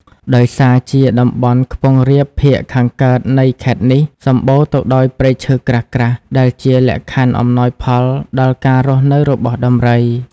ដោយសារជាតំបន់ខ្ពង់រាបភាគខាងកើតនៃខេត្តនេះ សម្បូរទៅដោយព្រៃឈើក្រាស់ៗ ដែលជាលក្ខខណ្ឌអំណោយផលដល់ការរស់នៅរបស់ដំរី។